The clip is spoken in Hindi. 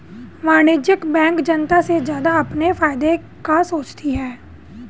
वाणिज्यिक बैंक जनता से ज्यादा अपने फायदे का सोचती है